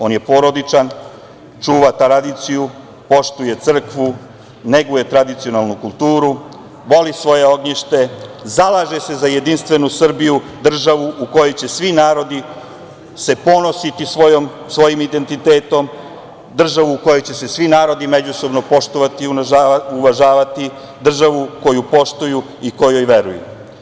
On je porodičan, čuva tradiciju, poštuje crkvu, neguje tradicionalnu kulturu, voli svoje ognjište, zalaže se za jedinstvenu Srbiju državu u kojoj će svi narodi se ponositi svojim identitetom, državu u kojoj će se svi narodi međusobno poštovati, uvažavati, državu koju poštuju i kojoj veruju.